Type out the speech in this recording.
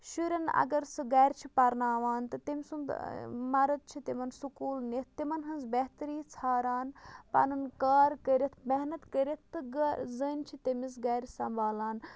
شُرٮ۪ن اگر سُہ گَرِ چھِ پرناوان تہٕ تٔمۍ سُنٛد مَرد چھِ تِمَن سکوٗل نِتھ تِمَن ہٕنٛز بہتری ژھاران پَنُن کار کٔرِتھ محنت کٔرِتھ تہٕ زٔنۍ چھِ تٔمِس گَرِ سَمبالان